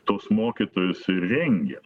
tuos mokytojus ir rengia